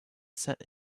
set